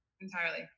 entirely